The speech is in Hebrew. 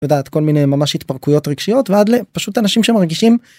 את יודעת, כל מיני ממש התפרקויות ועד לפשוט אנשים שמרגישים...